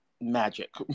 magic